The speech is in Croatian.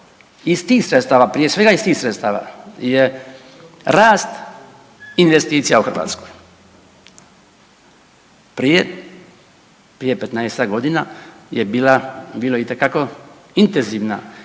prije svega iz tih sredstava je rast investicija u Hrvatskoj. Prije 15-tak godina je bilo itekako intenzivna izgradnja